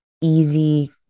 easy